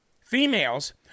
females